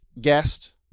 guest